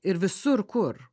ir visur kur